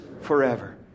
forever